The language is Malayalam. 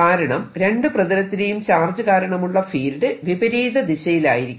കാരണം രണ്ടു പ്രതലത്തിലെയും ചാർജ് കാരണമുള്ള ഫീൽഡ് വിപരീത ദിശയിലായിരിക്കും